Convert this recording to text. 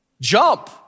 jump